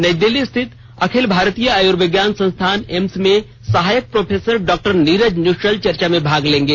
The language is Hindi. नई दिल्ली स्थित अखिल भारतीय आयूर्विज्ञान संस्थान एम्स में सहायक प्रोफेसर डॉ नीरज निश्चल चर्चा में भाग लेंगे